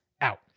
out